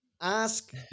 Ask